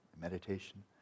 meditation